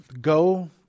Go